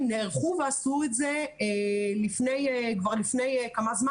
נערכו ועשו את זה כבר לפני זמן מה.